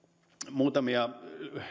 muutamia